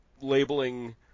labeling